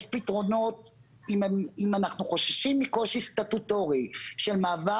יש פתרונות אם אנחנו חוששים מקושי סטטוטורי של מעבר